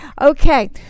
Okay